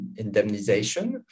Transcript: indemnization